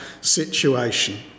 situation